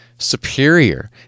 Superior